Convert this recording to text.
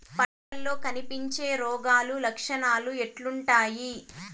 పంటల్లో కనిపించే రోగాలు లక్షణాలు ఎట్లుంటాయి?